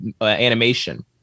animation